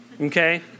Okay